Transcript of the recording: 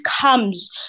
comes